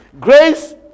Grace